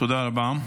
תודה רבה.